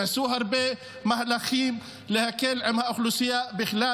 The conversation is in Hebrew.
נעשו הרבה מהלכים להקל עם האוכלוסייה בכלל.